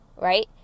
right